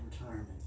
retirement